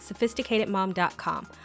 SophisticatedMom.com